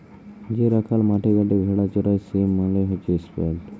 যে রাখাল মাঠে ঘাটে ভেড়া চরাই সে মালে হচ্যে শেপার্ড